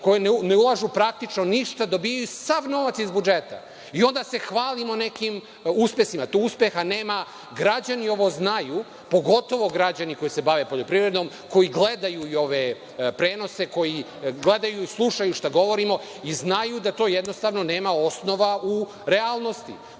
koje ne ulažu praktično ništa, dobijaju sav novac iz budžeta i onda se hvalimo nekim uspesima. Tu uspeha nema. Građani ovo znaju, pogotovo građani koji se bave poljoprivredom, koji gledaju ove prenose, koji gledaju i slušaju šta govorimo i znaju da to jednostavno nema osnova u realnosti.